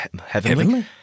heavenly